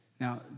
Now